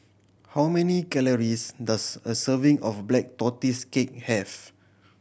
how many calories does a serving of Black Tortoise Cake have